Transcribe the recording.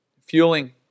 fueling